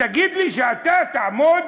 ותגיד לי שאתה תעמוד